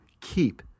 keep